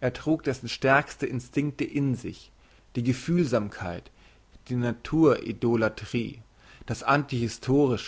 er trug dessen stärkste instinkte in sich die gefühlsamkeit die natur idolatrie das